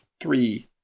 three